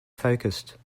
focused